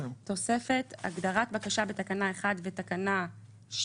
תוספת הגדרת בקשה בתקנה 1 ותקנה 2: